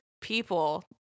people